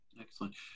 Excellent